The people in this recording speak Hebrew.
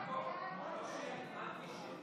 הצעת ועדת הכנסת